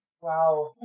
wow